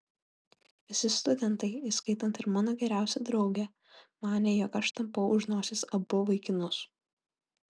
visi studentai įskaitant ir mano geriausią draugę manė jog aš tampau už nosies abu vaikinus